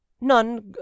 None